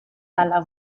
dalla